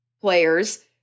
players